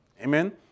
Amen